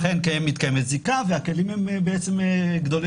אכן מתקיימת זיקה והכלים הם גדולים